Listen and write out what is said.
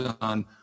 on